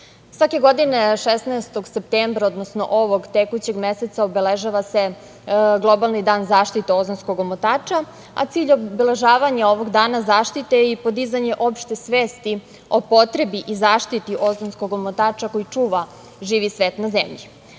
godine, 16. septembra, odnosno ovog tekućeg meseca, obeležava se globalni dan zaštite ozonskog omotača, a cilj obeležavanja ovog dana zaštite je i podizanje opšte svesti o potrebi i zaštiti ozonskog omotača koji čuva živi svet na zemlji. Imajući